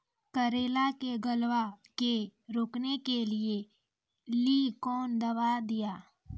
करेला के गलवा के रोकने के लिए ली कौन दवा दिया?